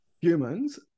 humans